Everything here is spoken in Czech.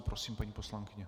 Prosím, paní poslankyně.